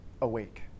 awake